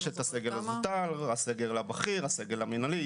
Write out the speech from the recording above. יש את הסגל הזוטר, הסגל הבכיר, הסגל המינהלי.